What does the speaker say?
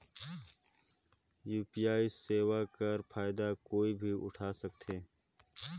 UPI सेवा कर फायदा कोई भी उठा सकथे?